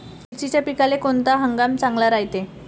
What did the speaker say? मिर्चीच्या पिकाले कोनता हंगाम चांगला रायते?